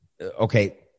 Okay